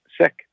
sick